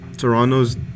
toronto's